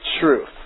truth